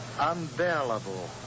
unbearable